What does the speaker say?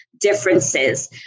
differences